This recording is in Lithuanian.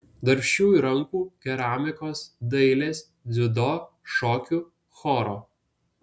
darbščiųjų rankų keramikos dailės dziudo šokių choro